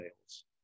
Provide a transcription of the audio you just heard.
sales